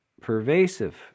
pervasive